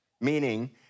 meaning